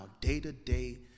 day-to-day